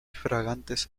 fragantes